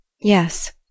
Yes